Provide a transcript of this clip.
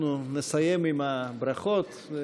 אנחנו נסיים עם הברכות.